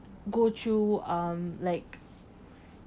go through um like